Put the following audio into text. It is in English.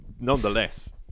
nonetheless